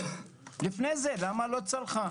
לפני זה למה לא צלחה?